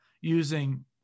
using